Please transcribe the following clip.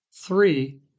Three